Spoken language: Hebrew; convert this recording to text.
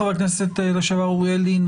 חבר הכנסת לשעבר אוריאל לין,